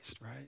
right